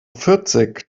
vierzig